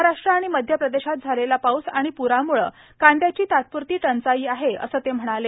महाराष्ट्र आणि मध्यप्रदेशात झालेला पाऊस आणि पुरामुळे कांद्याची तात्पुरती कमतरता आहे असं ते म्हणाले